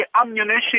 ammunition